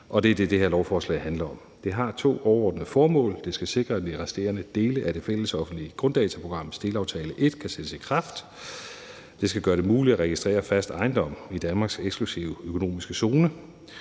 Det er det, det her lovforslag handler om. Det har to overordnede formål: Det skal sikre, at de resterende dele af det fælles offentlige grunddataprograms delaftale 1 kan sættes i kraft, og det skal gøre det muligt at registrere fast ejendom i Danmarks eksklusive økonomiske zone